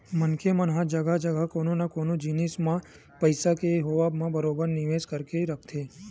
मनखे मन ह जघा जघा कोनो न कोनो जिनिस मन म पइसा के होवब म बरोबर निवेस करके रखथे